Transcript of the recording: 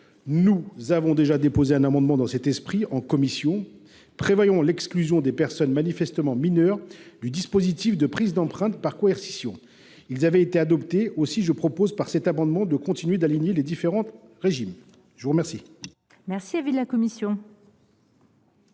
Nous avons déjà déposé un amendement dans cet esprit en commission pour prévoir l’exclusion des personnes manifestement mineures du dispositif de prise d’empreintes par coercition. Il a été adopté, et je propose, par cet amendement, de continuer d’aligner les différents régimes. Quel